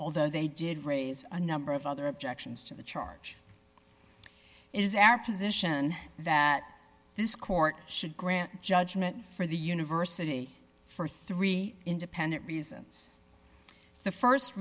although they did raise a number of other objections to the charge is our position that this court should grant judgment for the university for three independent reasons the